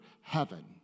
heaven